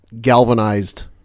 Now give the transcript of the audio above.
galvanized